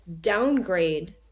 downgrade